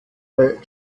bei